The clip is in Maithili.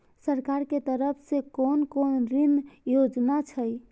सरकार के तरफ से कोन कोन ऋण योजना छै?